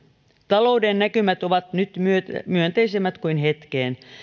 talouden näkymät ovat nyt myönteisemmät kuin hetkeen